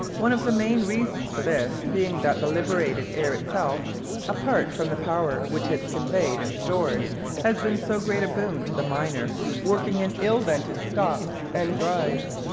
one of the main reasons for this being that the liberated air itself apart from the power which it conveyed and stored has been so great a boon to the miner working in ill-ventilated stopes and drives.